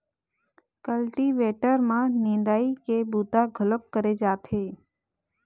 cultivator म निंदई के बूता घलोक करे जाथे